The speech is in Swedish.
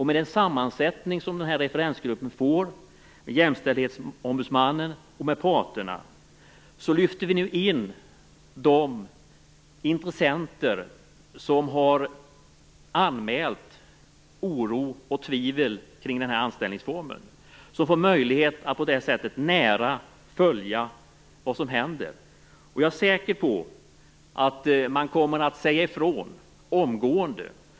Med den sammansättning som den här referensgruppen får, med Jämställdhetsombudsmannen och med parterna, lyfter vi nu in de intressenter som har anmält oro och tvivel kring den här anställningsformen. De får på det sättet möjlighet att nära följa vad som händer. Jag är säker på att man kommer att säga ifrån omgående.